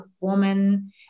woman